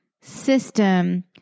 system